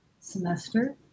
semester